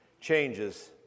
changes